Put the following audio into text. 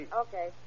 Okay